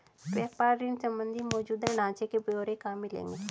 व्यापार ऋण संबंधी मौजूदा ढांचे के ब्यौरे कहाँ मिलेंगे?